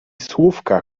słówka